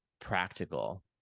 practical